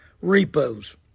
repos